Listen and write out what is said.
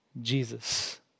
Jesus